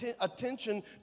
attention